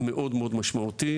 מאוד-מאוד משמעותי.